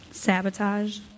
sabotage